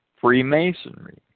Freemasonry